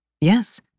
Yes